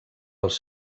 als